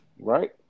Right